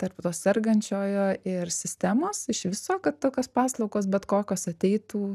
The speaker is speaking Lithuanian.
tarp to sergančiojo ir sistemos iš viso kad tokios paslaugos bet kokios ateitų